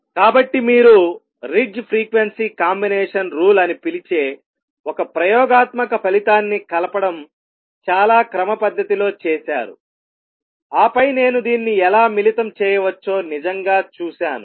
కాబట్టి మీరు Ritz frequency combination rule అని పిలిచే ఒక ప్రయోగాత్మక ఫలితాన్ని కలపడం చాలా క్రమపద్ధతిలో చేసారు ఆపై నేను దీన్ని ఎలా మిళితం చేయవచ్చో నిజంగా చూశాను